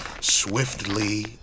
swiftly